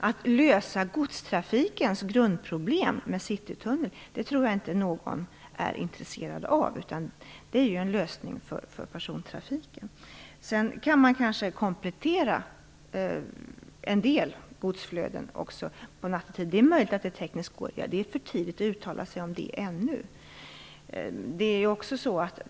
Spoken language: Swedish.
Att lösa godstrafikens grundproblem med Citytunneln tror jag inte någon är intresserad av. Det är en lösning för persontrafiken. Sedan kan man kanske komplettera med en del godsflöden nattetid. Det är möjligt att det tekniskt går att genomföra. Men det är för tidigt att uttala sig om det ännu.